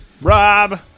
Rob